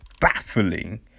baffling